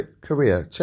Korea